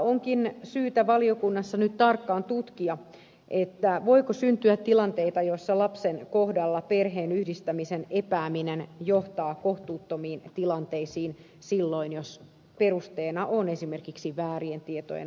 onkin syytä valiokunnassa nyt tarkkaan tutkia voiko syntyä tilanteita joissa lapsen kohdalla perheenyhdistämisen epääminen johtaa kohtuuttomiin tilanteisiin silloin jos perusteena on esimerkiksi väärien tietojen antaminen